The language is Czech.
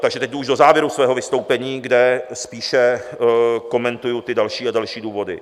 Takže teď už do závěru svého vystoupení, kde spíše komentuji ty další a další důvody.